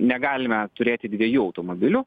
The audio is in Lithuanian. negalime turėti dviejų automobilių